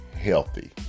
healthy